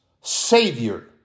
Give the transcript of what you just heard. Savior